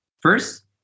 First